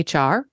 HR